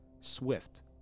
swift